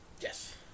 Yes